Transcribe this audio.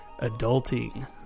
adulting